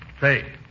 Say